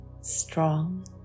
strong